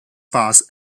pass